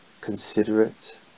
considerate